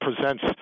presents